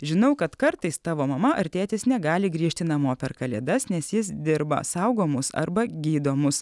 žinau kad kartais tavo mama ar tėtis negali grįžti namo per kalėdas nes jis dirba saugomus arba gydomus